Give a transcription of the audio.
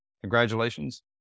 congratulations